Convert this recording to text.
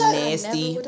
nasty